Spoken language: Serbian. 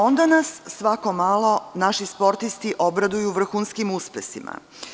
Onda nas svako malo naši sportisti obraduju vrhunskim uspesima.